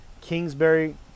Kingsbury